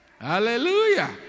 Hallelujah